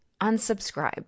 unsubscribe